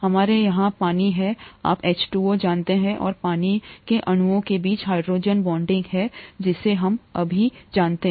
हमारे यहाँ पानी है आप H2Oजानते हैं और पानी के अणुओं के बीच हाइड्रोजन बॉन्डिंग है जिसे हम अभी जानते हैं